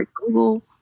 Google